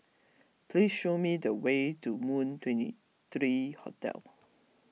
please show me the way to Moon twenty three Hotel